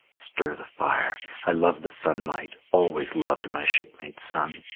stir the fire. i love the sunlight always loved my shipmate sun.